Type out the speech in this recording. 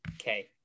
Okay